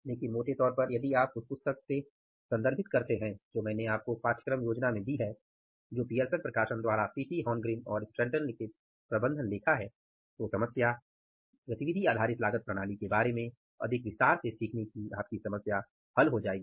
लेकिन मोटे तौर पर यदि आप उस पुस्तक से संदर्भित करते हैं जो मैंने आपको पाठ्यक्रम योजना में दी है जो पियरसन प्रकाशन द्वारा सीटी हॉर्न ग्रीन और स्ट्रैटन की प्रबंधन लेखा है तो समस्या एबीसी के बारे में अधिक विस्तार से सीखने की आपकी समस्या हल हो जाएगी